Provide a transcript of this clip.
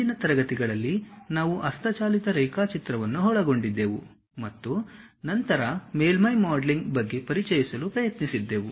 ಹಿಂದಿನ ತರಗತಿಗಳಲ್ಲಿ ನಾವು ಹಸ್ತಚಾಲಿತ ರೇಖಾಚಿತ್ರವನ್ನು ಒಳಗೊಂಡಿದ್ದೆವು ಮತ್ತು ನಂತರ ಮೇಲ್ಮೈ ಮಾಡೆಲಿಂಗ್ ಬಗ್ಗೆ ಪರಿಚಯಿಸಲು ಪ್ರಯತ್ನಿಸಿದ್ದೆವು